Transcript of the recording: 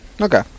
Okay